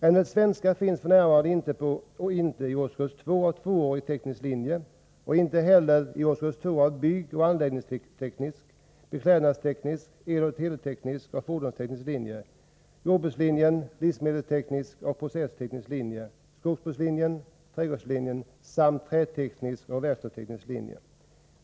Ämnet svenska finns f.n. inte i årskurs 2 av tvåårig teknisk linje och inte heller i årskurs 2 av byggoch anläggningsteknisk, beklädnadsteknisk, eloch teleteknisk och fordonsteknisk linje, jordbrukslinjen, livsmedelsteknisk och processteknisk linje, skogsbrukslinjen, trädgårdslinjen samt träteknisk och verkstadsteknisk linje.